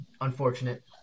unfortunate